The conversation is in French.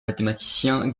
mathématicien